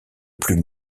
plus